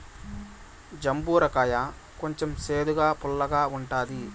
జంబూర కాయ కొంచెం సేదుగా, పుల్లగా ఉంటుంది